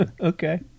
Okay